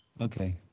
Okay